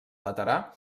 laterà